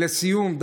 לסיום,